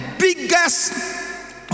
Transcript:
biggest